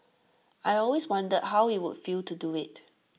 I always wondered how IT would feel to do IT